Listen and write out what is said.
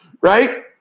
Right